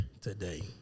today